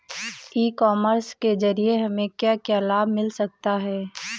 E commerce के ज़रिए हमें क्या क्या लाभ मिल सकता है?